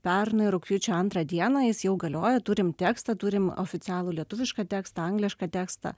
pernai rugpjūčio antrą dieną jis jau galioja turim tekstą turim oficialų lietuvišką tekstą anglišką tekstą